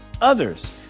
others